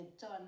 done